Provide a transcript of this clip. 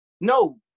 No